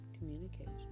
communication